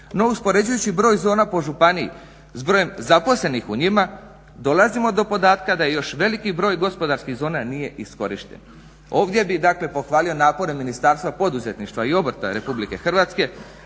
no uspoređujući broj zona po županiji s brojem zaposlenih u njima dolazimo do podatka da još veliki broj gospodarskih zona nije iskorišten. Ovdje bih dakle pohvalio napore Ministarstva poduzetništva i obrta RH s